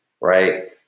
right